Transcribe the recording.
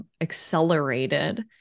accelerated